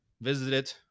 visited